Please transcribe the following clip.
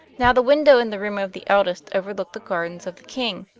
now the window in the room of the eldest overlooked the gardens of the king,